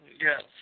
Yes